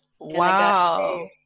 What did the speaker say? Wow